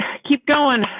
keep going.